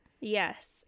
Yes